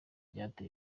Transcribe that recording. cyateye